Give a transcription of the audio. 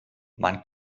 man